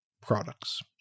products